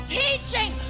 teaching